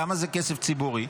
למה זה כסף ציבורי?